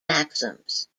maxims